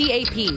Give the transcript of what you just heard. Tap